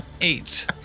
eight